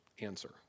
answer